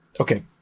Okay